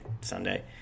Sunday